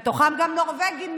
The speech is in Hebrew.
ובהם גם נורבגיים,